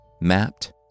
mapped